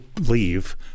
leave